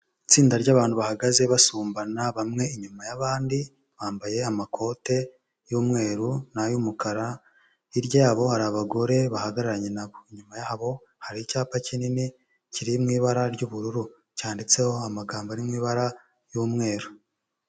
Itsinda ry'abantu bahagaze basumbana bamwe inyuma y'abandi, bambaye amakote y'umweru n'ay'umukara, hirya yabo hari abagore bahagararanye na bo, inyuma yabo hari icyapa kinini kiri mu ibara ry'ubururu cyanditseho amagambo ari mu ibara ry'umweru.